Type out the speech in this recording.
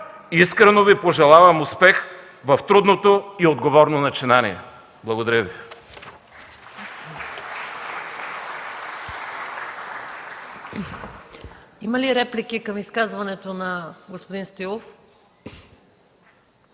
Искрено Ви пожелавам успех в трудното и отговорно начинание! Благодаря Ви.